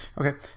Okay